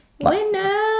Winner